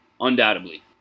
undoubtedly